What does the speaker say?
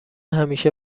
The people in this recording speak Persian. همیشه